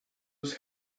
was